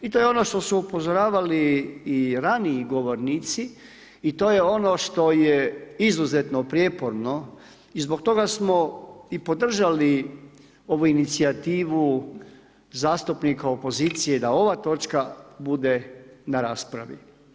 I to je ono što su upozoravali i raniji govornici i to je ono što je izuzetno prijeporno i zbog toga smo i podržali ovu inicijativu zastupnika opozicije da ova točka bude na raspravi.